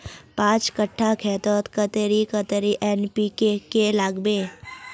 पाँच कट्ठा खेतोत कतेरी कतेरी एन.पी.के के लागबे?